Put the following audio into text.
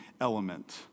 element